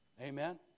amen